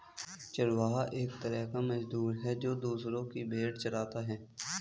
चरवाहा एक तरह का मजदूर है, जो दूसरो की भेंड़ चराता है